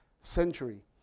century